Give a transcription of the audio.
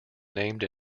named